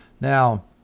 Now